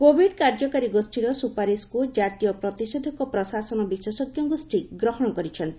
Covid କାର୍ଯ୍ୟକାରୀ ଗୋଷୀର ସୁପାରିଶକୁ ଜାତୀୟ ପ୍ରତିଷେଧକ ପ୍ରଶାସନ ବିଶେଷଜ୍ଞ ଗୋଷୀ ଗ୍ରହଣ କରିଛନ୍ତି